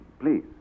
Please